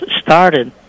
started